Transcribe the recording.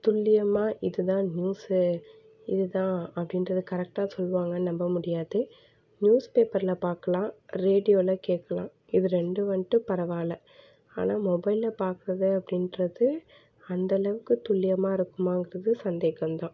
துல்லியமாக இது தான் நியூஸு இதுதான் அப்படின்றத கரெக்ட்டாக சொல்லுவாங்கன்னு நம்ப முடியாது நியூஸ் பேப்பரில் பார்க்கலாம் ரேடியோவில் கேட்கலாம் இது ரெண்டும் வந்துட்டு பரவாயில்லை ஆனால் மொபைலில் பார்க்கறது அப்படின்றது அந்தளவுக்கு துல்லியமாக இருக்குமாங்கிறது சந்தேகம் தான்